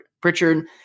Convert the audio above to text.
Pritchard